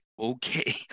okay